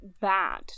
bad